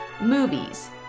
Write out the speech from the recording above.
movies